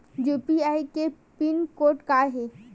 UPI के pin code का हे?